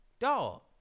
Dog